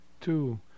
two